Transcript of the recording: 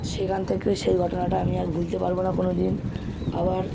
সেখান থেকে ওই সেই ঘটনাটা আমি আর ভুলতে পারবো না কোনও দিন আবার